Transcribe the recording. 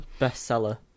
bestseller